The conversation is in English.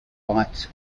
fights